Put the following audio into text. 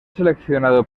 seleccionado